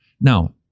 Now